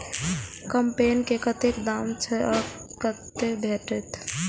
कम्पेन के कतेक दाम छै आ कतय भेटत?